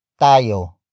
Tayo